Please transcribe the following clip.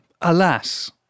Alas